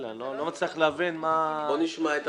חשבון משלם המסים.